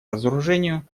разоружению